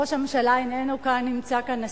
ראש הממשלה איננו נמצא כאן.